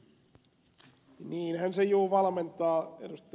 niinhän se juu valmentaa ed